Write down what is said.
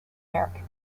american